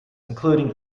including